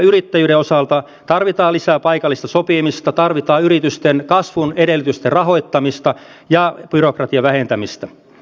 yrittäjyyden osalta tarvitaan lisää paikallista sopimista tarvitaan yritysten kasvun edellytysten rahoittamista ja byrokratian vähentämistä